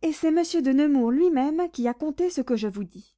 et c'est monsieur de nemours lui-même qui a conté ce que je vous dis